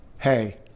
hey